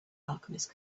alchemist